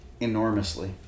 enormously